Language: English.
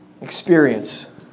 Experience